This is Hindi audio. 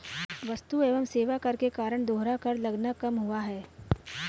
वस्तु एवं सेवा कर के कारण दोहरा कर लगना कम हुआ है